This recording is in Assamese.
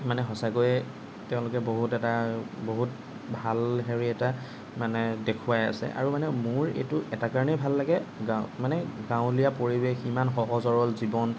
মানে সঁচাকৈয়ে তেওঁলোকে বহুত এটা বহুত ভাল হেৰি এটা মানে দেখুৱাই আছে আৰু মানে মোৰ এইটো এটা কাৰণেই ভাল লাগে মানে গাঁৱলীয়া পৰিৱেশ ইমান সহজ সৰল জীৱন